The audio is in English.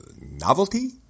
novelty